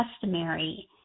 customary